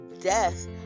death